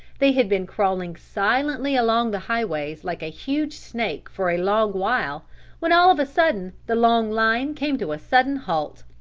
they had been crawling silently along the highways like a huge snake for a long while when all of a sudden the long line came to a sudden halt.